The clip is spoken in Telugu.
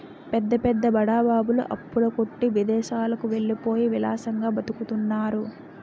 పెద్ద పెద్ద బడా బాబులు అప్పుల కొట్టి విదేశాలకు వెళ్ళిపోయి విలాసంగా బతుకుతున్నారు